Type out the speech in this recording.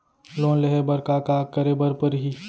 Loan लेहे बर का का का करे बर परहि?